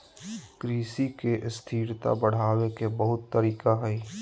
कृषि के स्थिरता बढ़ावे के बहुत तरीका हइ